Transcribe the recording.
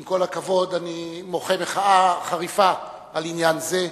עם כל הכבוד, אני מוחה מחאה חריפה על עניין זה.